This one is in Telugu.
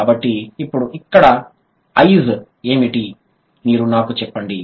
కాబట్టి ఇప్పుడు ఇక్కడ ఐజ్ ఏమిటి మీరు నాకు చెప్పండి